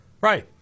Right